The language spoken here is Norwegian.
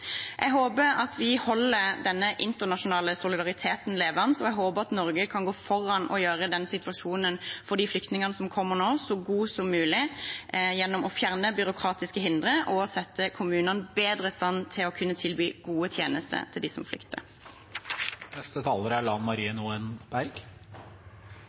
Jeg håper at vi holder denne internasjonale solidariteten levende, og jeg håper at Norge kan gå foran og gjøre situasjonen for de flyktningene som kommer nå, så god som mulig, gjennom å fjerne byråkratiske hindre og sette kommunene bedre i stand til å kunne tilby gode tjenester til dem som